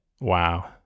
wow